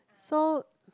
so